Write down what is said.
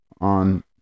on